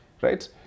right